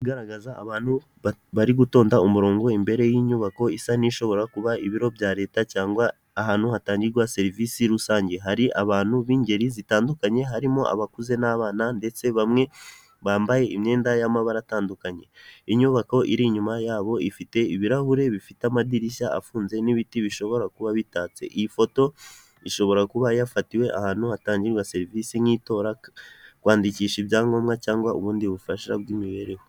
...igaragaza abantu bari gutonda umurongo imbere y'inyubako isa n'ishobora kuba ibiro bya leta cyangwa ahantu hatangirwa serivisi rusange, hari abantu b'ingeri zitandukanye. Harimo abakuze n'abana ndetse bamwe bambaye imyenda y'amabara atandukanye. Inyubako iri inyuma yabo ifite ibirahure bifite amadirishya afunze n'ibiti bishobora kuba bitatse. Iyi foto ishobora kuba yafatiwe ahantu hatangirwa serivisi nk'iyo kwandikisha ibyangombwa cyangwa ubundi bufasha bw'imibereho.